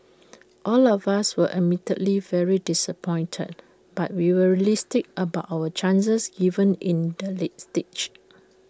all of us were admittedly very disappointed but we were realistic about our chances given in the late stage